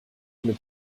mit